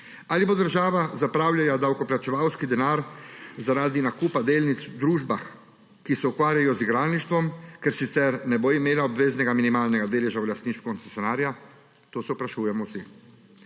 Ali bo država zapravljala davkoplačevalski denar zaradi nakupa delnic v družbah, ki se ukvarjajo z igralništvom, ker sicer ne bo imela obveznega minimalnega deleža v lastništvu koncesionarja – to se sprašujemo vsi.